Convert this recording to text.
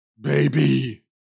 Baby